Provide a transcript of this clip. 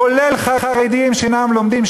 כולל חרדים שאינם לומדים,